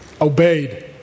Obeyed